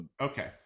okay